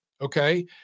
okay